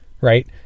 right